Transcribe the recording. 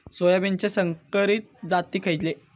सोयाबीनचे संकरित जाती खयले?